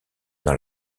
dans